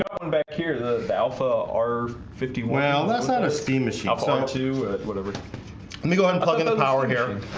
ah um and back here the alpha are fifty well. that's not a steam mop some to whatever let me go ahead and plug into the power here